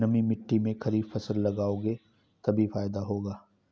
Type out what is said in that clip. नमी मिट्टी में खरीफ फसल लगाओगे तभी फायदा होगा